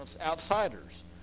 outsiders